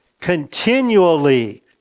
continually